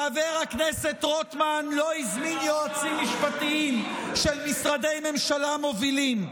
חבר הכנסת רוטמן לא הזמין יועצים משפטיים של משרדי ממשלה מובילים.